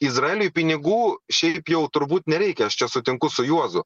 izraeliui pinigų šiaip jau turbūt nereikia aš čia sutinku su juozu